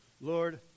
Lord